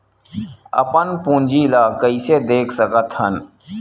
अपन पूंजी ला कइसे देख सकत हन?